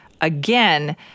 again